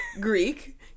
Greek